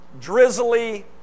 drizzly